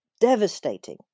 devastating